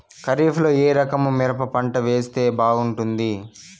ఖరీఫ్ లో ఏ రకము మిరప పంట వేస్తే బాగుంటుంది